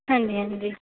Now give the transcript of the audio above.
ਹਾਂਜੀ ਹਾਂਜੀ